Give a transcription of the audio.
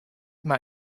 mar